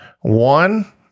One